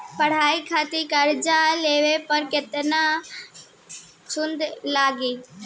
पढ़ाई खातिर कर्जा लेवे पर केतना सूद लागी?